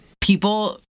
people